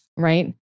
right